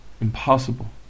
impossible